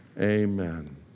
Amen